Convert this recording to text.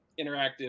interactive